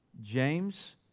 James